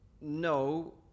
no